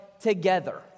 together